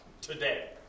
today